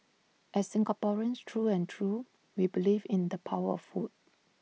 as Singaporeans through and through we believe in the power of food